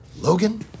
Logan